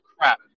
crap